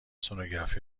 سنوگرافی